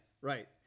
right